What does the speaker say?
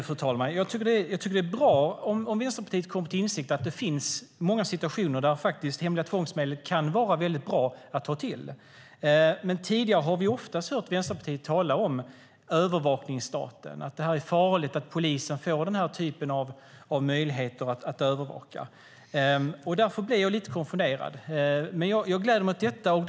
Fru talman! Jag tycker att det är bra om Vänsterpartiet har kommit till insikt om att det finns många situationer där hemliga tvångsmedel faktiskt kan vara väldigt bra att ta till. Tidigare har vi oftast hört Vänsterpartiet tala om övervakningsstaten och att det är farligt att polisen får den här typen av möjligheter att övervaka. Därför blir jag lite konfunderad. Jag gläder mig dock åt detta.